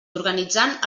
organitzant